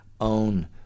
own